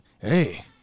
hey